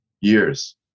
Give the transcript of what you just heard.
Years